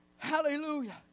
Hallelujah